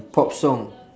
pop song